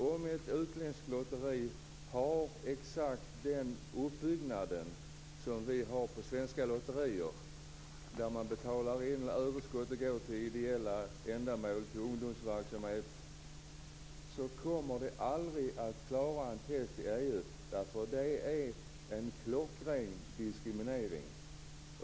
Om ett utländskt lotteri har exakt den uppbyggnad som svenska lotterier har, där överskottet går till ideella ändamål och ungdomsverksamhet, kommer det aldrig att klara ett test i EU, därför att det är en klockren diskriminering.